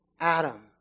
Adam